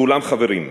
ואולם, חברים,